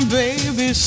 baby